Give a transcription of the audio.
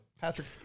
Patrick –